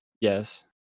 Yes